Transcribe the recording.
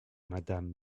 madame